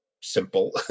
simple